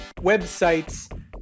websites